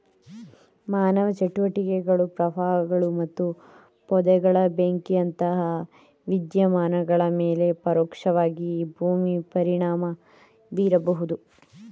ಮಾನವ ಚಟುವಟಿಕೆಗಳು ಪ್ರವಾಹಗಳು ಮತ್ತು ಪೊದೆಗಳ ಬೆಂಕಿಯಂತಹ ವಿದ್ಯಮಾನಗಳ ಮೇಲೆ ಪರೋಕ್ಷವಾಗಿ ಭೂಮಿ ಪರಿಣಾಮ ಬೀರಬಹುದು